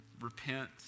repent